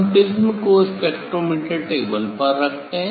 हम प्रिज़्म को spectrometer table पर रखते हैं